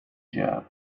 job